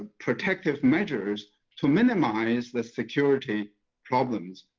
protective measures to minimize the security problems,